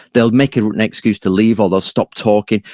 they'll make an excuse to leave or they'll stop talking.